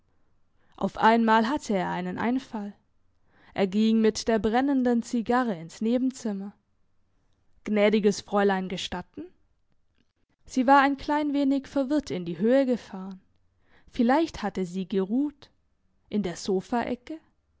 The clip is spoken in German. auf einmal hatte er einen einfall er ging mit der brennenden zigarre ins nebenzimmer gnädiges fräulein gestatten sie war ein klein wenig verwirrt in die höhe gefahren vielleicht hatte sie geruht in der sofaecke